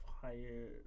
higher